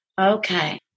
Okay